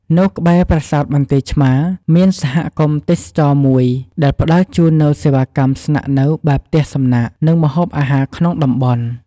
នៅក្បែរប្រាសាទបន្ទាយឆ្មារ មាន សហគមន៍ទេសចរណ៍ មួយដែលផ្តល់ជូននូវសេវាកម្មស្នាក់នៅបែបផ្ទះសំណាក់ និងម្ហូបអាហារក្នុងតំបន់។